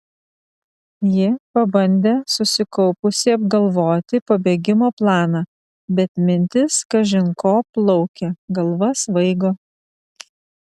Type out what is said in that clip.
ji pabandė susikaupusi apgalvoti pabėgimo planą bet mintys kažin ko plaukė galva svaigo